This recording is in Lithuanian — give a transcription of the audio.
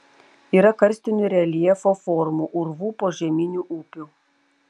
yra karstinių reljefo formų urvų požeminių upių